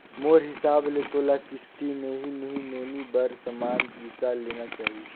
मोर हिसाब ले तोला किस्ती मे ही नोनी बर समान बिसा लेना चाही